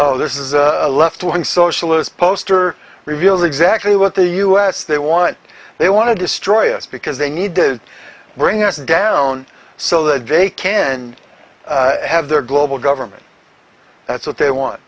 oh this is a left wing socialist poster revealed exactly what the u s they want they want to destroy us because they need to bring us down so that they can have their global government that's what they want